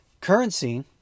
Currency